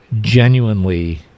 genuinely